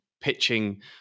pitching